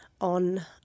on